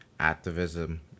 activism